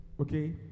okay